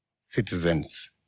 citizens